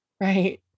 right